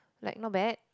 like not bad